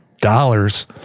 dollars